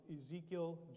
Ezekiel